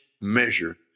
measure